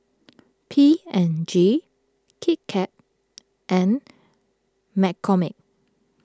P and G Kit Kat and McCormick